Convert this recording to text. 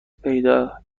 پیدا